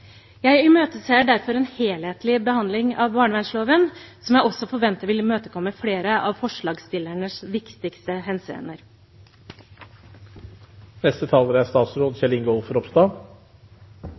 Jeg imøteser derfor en helhetlig behandling av barnevernsloven, som jeg også forventer vil imøtekomme flere av forslagsstillernes viktigste henseender. Alle barn og unge fortjener en god oppvekst. Jeg er